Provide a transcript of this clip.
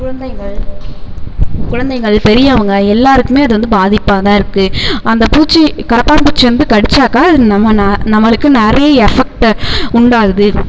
குழந்தைகள் குழந்தைகள் பெரியவங்க எல்லாருக்குமே அது வந்து பாதிப்பாக தான் இருக்குது அந்த பூச்சி கரப்பான்பூச்சி வந்து கடிச்சாக்கா அது நம்ம நா நம்மளுக்கு நிறைய எஃபெக்ட்டு உண்டாகுது